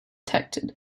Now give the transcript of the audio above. detected